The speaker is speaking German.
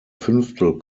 fünftel